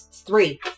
three